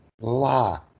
La